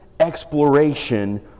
Exploration